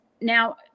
Now